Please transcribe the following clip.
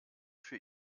für